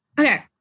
Okay